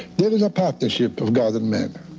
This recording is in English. there is a partnership of god and men.